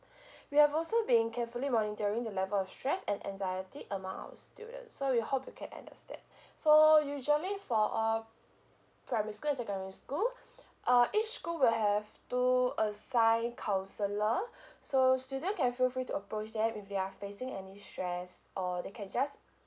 we have also been carefully monitoring the level of stress and anxiety among our students so we hope you can understand so usually for a primary school and secondary school ah each school will have two assigned counsellor so student can feel free to approach them if they're facing any stress or they can just